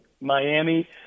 Miami